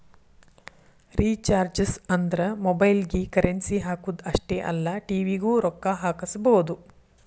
recharges ಅಂದ್ರ ಮೊಬೈಲ್ಗಿ currency ಹಾಕುದ್ ಅಷ್ಟೇ ಅಲ್ಲ ಟಿ.ವಿ ಗೂ ರೊಕ್ಕಾ ಹಾಕಸಬೋದು